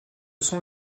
sont